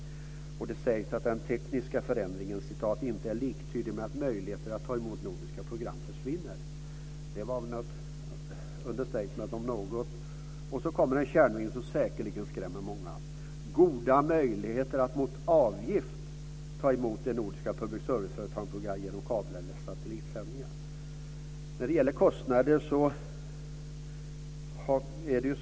Det sägs att den tekniska förändringen inte är liktydig med att möjligheter att ta emot nordiska program försvinner. Det var väl ett understatement om något. Så kommer en kärnformulering som säkerligen skrämmer många: Det finns "goda möjligheter att mot avgift ta emot de nordiska public serviceföretagens program genom kabel eller satellitsändningar."